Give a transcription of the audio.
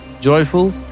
joyful